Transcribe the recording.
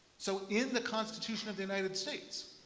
so in the constitution of the united states,